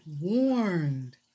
warned